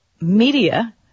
media